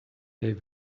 they